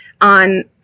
on